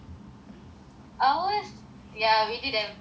ours ya we did everything pricita was in my group